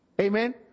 Amen